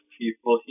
people